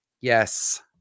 yes